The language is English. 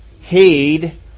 heed